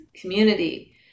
community